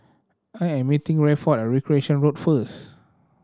I am meeting Rayford at Recreation Road first